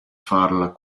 farla